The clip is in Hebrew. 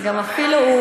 ואפילו,